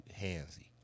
handsy